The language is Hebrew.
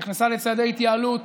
היא נכנסה לצעדי ההתייעלות